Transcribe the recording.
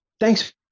Thanks